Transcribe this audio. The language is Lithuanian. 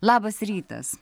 labas rytas